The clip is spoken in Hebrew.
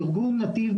ארגון נתיב,